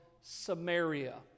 Samaria